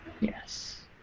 Yes